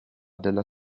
della